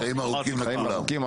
חיים ארוכים לכולם.